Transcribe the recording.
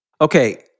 Okay